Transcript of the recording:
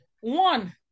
One